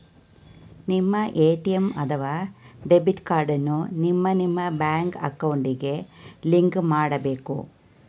ನಿಮ್ಮ ಎ.ಟಿ.ಎಂ ಅಥವಾ debit card ಅನ್ನ ನಿಮ್ಮ ನಿಮ್ಮ ಬ್ಯಾಂಕ್ ಅಕೌಂಟ್ಗೆ ಲಿಂಕ್ ಮಾಡಬೇಕು